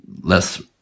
less